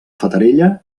fatarella